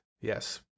Yes